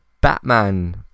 batman